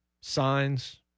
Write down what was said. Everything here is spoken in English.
signs